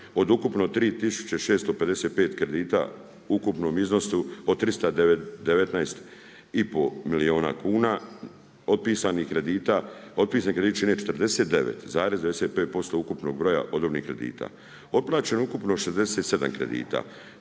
od ukupno 3655 kredita u ukupnom iznosu od 319,5 milijuna kuna, otpisani krediti čine 49,95% ukupnog broja odobrenih kredita. Otplaćeno je ukupno 67 kredita